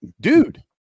Dude